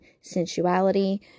sensuality